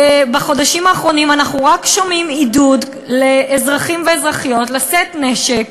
בחודשים האחרונים אנחנו רק שומעים עידוד לאזרחים ואזרחיות לשאת נשק,